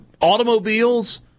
automobiles